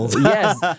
Yes